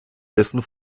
dessen